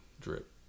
Drip